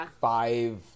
five